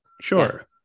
Sure